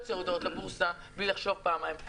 יוציא הודעות לבורסה בלי לחשב פעמיים.